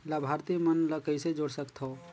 लाभार्थी मन ल कइसे जोड़ सकथव?